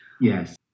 Yes